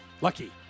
Lucky